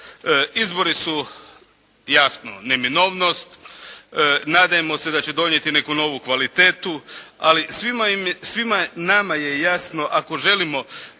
Izbori su jasno neminovnost nadajmo se da će nam donijeti novu kvalitetu, ali svima nama je jasno ako želimo